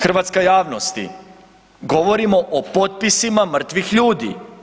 Hrvatska javnosti, govorimo o potpisima mrtvih ljudi.